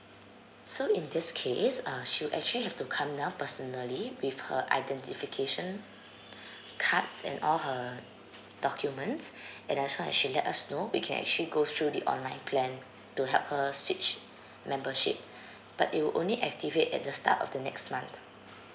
so in this case uh she'll actually have to come down personally with her identification cards and all her documents and as long as she let us know we can actually go through the online plan to help her switch membership but it'll only activate at the start of the next month